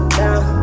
down